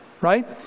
Right